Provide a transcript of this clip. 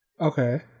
Okay